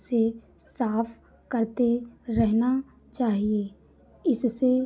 से साफ करते रहना चाहिए इससे